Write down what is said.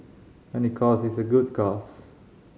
any cause is a good cause